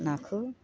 नाखौ